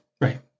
Right